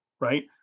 right